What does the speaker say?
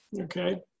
Okay